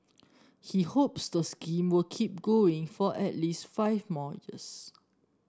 he hopes the scheme will keep going for at least five more years